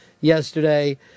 yesterday